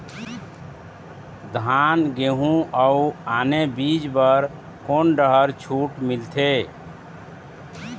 धान गेहूं अऊ आने बीज बर कोन डहर छूट मिलथे?